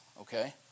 Okay